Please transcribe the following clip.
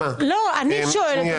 אני שואלת.